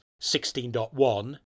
16.1